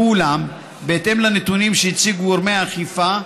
ואולם, בהתאם לנתונים שהציגו גורמי האכיפה,